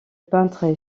peintre